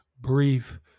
brief